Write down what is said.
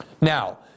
Now